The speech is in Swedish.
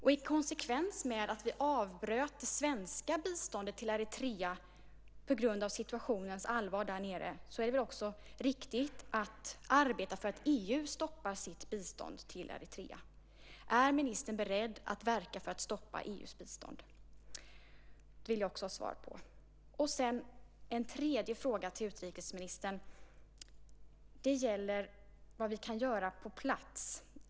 I konsekvens med att vi avbröt det svenska biståndet till Eritrea på grund av situationens allvar där nere är det också riktigt att arbeta för att EU stoppar sitt bistånd till Eritrea. Är ministern beredd att verka för att stoppa EU:s bistånd? Det vill jag också ha svar på. En tredje fråga till utrikesministern gäller vad vi kan göra på plats.